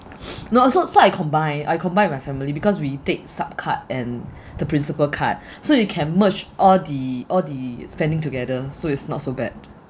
not so so I combine I combine with my family because we take sup card and the principal card so you can merge all the all the spending together so it's not so bad